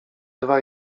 dwa